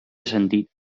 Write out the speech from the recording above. sentit